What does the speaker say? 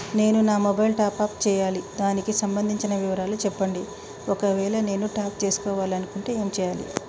నేను నా mobile top up చేయాలి దానికి సంబంధించిన వివరాలు చెప్పండి ఒకవేళ నేను టాప్ చేసుకోవాలనుకుంటే ఏం చేయాలి?